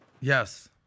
Yes